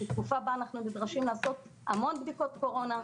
בתקופה בה אנחנו נדרשים לעשות המון בדיקות קורונה.